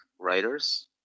writers